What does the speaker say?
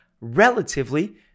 relatively